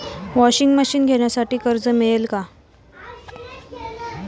Washing machine घेण्यासाठी कर्ज मिळेल का?